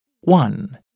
One